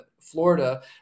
florida